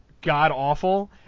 god-awful